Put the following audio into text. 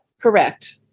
Correct